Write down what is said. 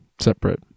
Separate